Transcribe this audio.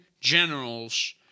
generals